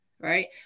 right